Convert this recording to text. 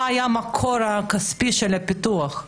מה היה המקור הכספי של הפיתוח?